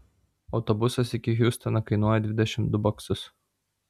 autobusas iki hjustono kainuoja dvidešimt du baksus